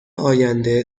آینده